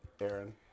Aaron